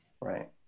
Right